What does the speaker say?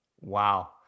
wow